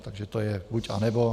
Takže to je buď, anebo.